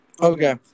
Okay